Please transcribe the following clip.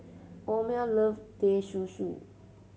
Omer love Teh Susu